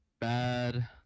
Bad